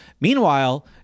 Meanwhile